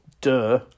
Duh